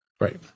right